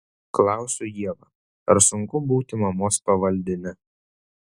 klausiu ievą ar sunku būti mamos pavaldine